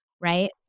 right